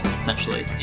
essentially